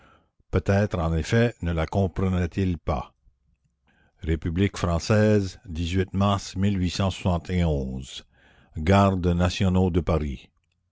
peut-être en effet ne la comprenaient ils pas épublique française mars garde nationaux de paris